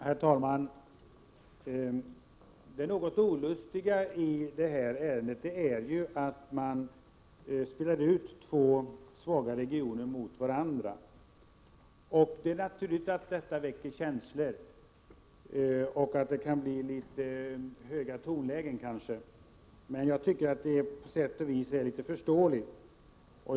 Herr talman! Det något olustiga i detta ärende är att man spelar ut två svaga regioner mot varandra. Det är naturligt att detta väcker känslor och att tonläget kan bli litet högt. Men jag tycker att det på sätt och vis är ganska förståeligt.